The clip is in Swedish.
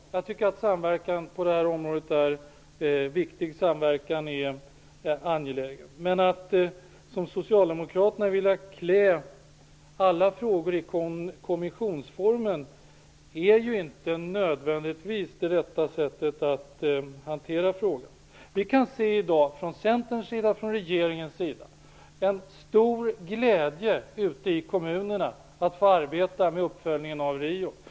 Jag tycker att det är angeläget med samverkan på detta område. Men att, som Socialdemokraterna, vilja klä alla frågor i kommissionsformen är inte nödvändigtvis det rätta sättet att hantera dem. Vi upplever i dag från Centerns och regeringens sida en stor glädje ute i kommunerna över att få arbeta med uppföljningen av Riokonferensen.